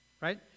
right